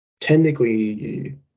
Technically